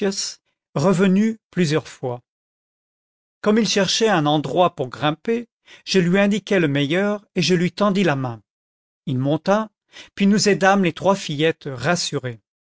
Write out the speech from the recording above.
revenu plusieurs fois comme il cherchait un endroit pour grimper je lui indiquai le meilleur et je lui tendis la main il monta puis nous aidâmes les trois fillettes rassurées